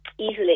easily